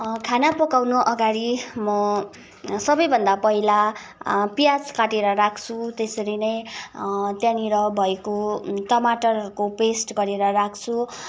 खाना पकाउनु अगाडि म सबैभन्दा पहिला प्याज काटेर राख्छु त्यसरी नै त्यहाँनिर भएको टमाटरहरूको पेस्ट गरेर राख्छु